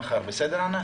בסדר ענת?